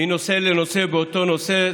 מנושא לנושא באותו נושא,